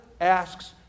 asks